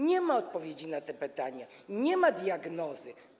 Nie ma odpowiedzi na te pytania, nie ma diagnozy.